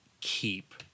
keep